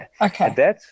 Okay